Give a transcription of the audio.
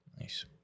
Nice